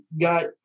got